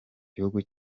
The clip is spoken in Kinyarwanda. gihugu